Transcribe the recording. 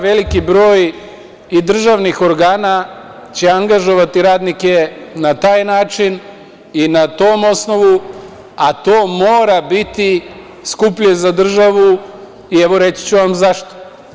Veliki broj i državnih organa će angažovati radnike na taj način i na tom osnovu, a to mora biti skuplje za državu, i reći ću vam zašto.